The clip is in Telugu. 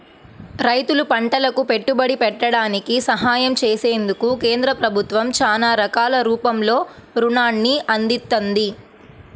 రైతులు పంటలకు పెట్టుబడి పెట్టడానికి సహాయం చేసేందుకు కేంద్ర ప్రభుత్వం చానా రకాల రూపంలో రుణాల్ని అందిత్తంది